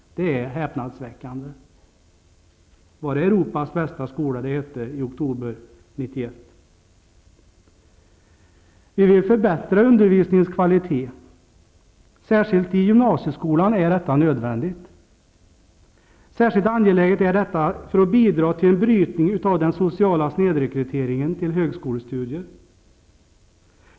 Det är häpnadsväckande. Var det Europas bästa skola det hette i oktober 1991? Vi vill förbättra undervisningens kvalitet. Särskilt i gymnasieskolan är detta nödvändigt. Speciellt angeläget är detta för att bidra till att bryta den sociala snedrekryteringen till högskolestudier.